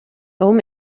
oom